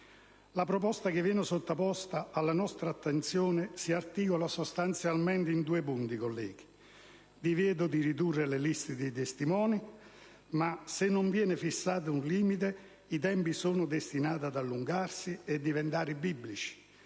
La proposta che viene sottoposta alla nostra attenzione si articola, sostanzialmente, in due punti, colleghi: divieto di ridurre le liste dei testimoni (ma se non viene fissato un limite, i tempi sono destinati ad allungarsi e a diventare biblici)